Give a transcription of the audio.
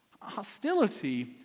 hostility